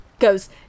goes